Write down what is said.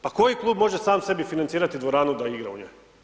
Pa koji klub može sam sebi financirati dvoranu da igra u njoj?